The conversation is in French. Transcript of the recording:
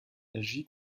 agit